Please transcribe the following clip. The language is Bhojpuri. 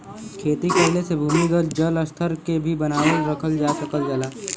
खेती कइले से भूमिगत जल स्तर के भी बनावल रखल जा सकल जाला